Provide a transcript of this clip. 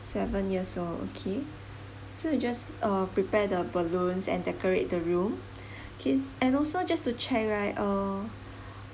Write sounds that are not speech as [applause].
seven years old okay so you just uh prepare the balloons and decorate the room [breath] K and also just to check right uh